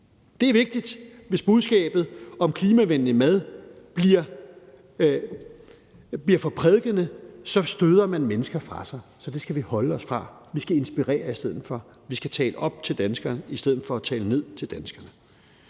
Det er vigtigt. Hvis budskabet om klimavenlig mad bliver for prædikende, støder man mennesker fra sig, så det skal vi holde os fra. Vi skal inspirere i stedet for. Vi skal tale op til danskerne i stedet for at tale ned til danskerne.